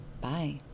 Bye